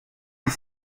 dix